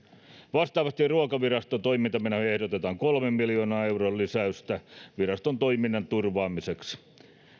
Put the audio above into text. vastaavasti ruokaviraston toimintamenoihin ehdotetaan kolmen miljoonan euron lisäystä viraston toiminnan turvaamiseksi